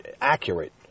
accurate